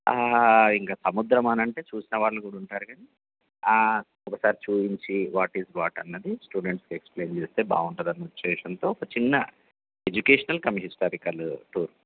ఇంకా సముద్రం అనంటే చుసినవాళ్ళు కూడా ఉంటారు కానీ ఒక్కసారి చూపించి వాట్ ఇస్ వాట్ అన్నది స్టూడెంట్స్కి ఎక్స్ప్లేయిన్ చేస్తే బాగుంటుందన్న ఉద్దేశంతో ఒక చిన్న ఎడ్యుకేషనల్ కం హిస్టారికల్ టూర్